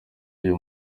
uyu